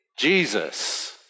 Jesus